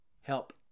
help